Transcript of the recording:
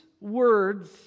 words